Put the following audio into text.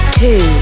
two